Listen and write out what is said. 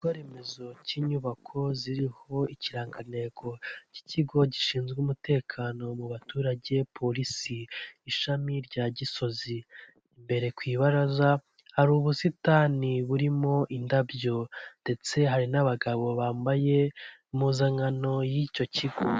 Igikorwaremezo k'inyubako ziriho ikirangantego k'ikigo gishinzwe umutekano mu baturage polisi ishami rya Gisozi, imbere ku ibaraza hari ubusitani burimo indabyo, ndetse hari n'abagabo bambaye impuzankano z'icyo kigo.